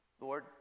Lord